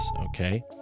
okay